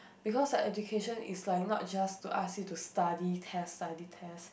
because the education is like not just to ask you to study test study test